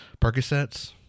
Percocets